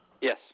Yes